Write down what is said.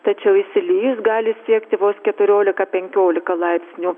tačiau įsilijus gali siekti vos keturiolika penkiolika laipsnių